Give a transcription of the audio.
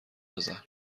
بزن